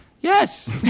Yes